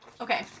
Okay